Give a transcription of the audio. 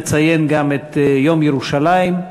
נציין גם את יום ירושלים,